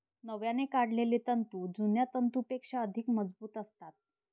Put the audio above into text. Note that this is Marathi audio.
नव्याने काढलेले तंतू जुन्या तंतूंपेक्षा अधिक मजबूत असतात